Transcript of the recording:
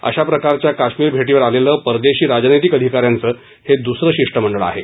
अशा प्रकारच्या काश्मीर भेटीवर आलेलं परदेशी राजनैतिक अधिकाऱ्यांचं हे दुसरं शिष्टमंडळ आहे